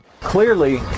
Clearly